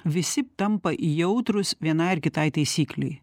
visi tampa jautrūs vienai ar kitai taisyklei